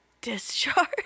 discharge